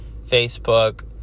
Facebook